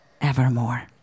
evermore